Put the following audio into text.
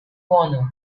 honor